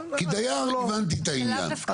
כי דייר, הבנתי את העניין.